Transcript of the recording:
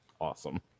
Awesome